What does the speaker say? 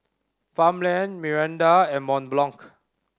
Farmland Mirinda and Mont Blanc